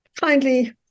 kindly